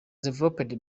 developed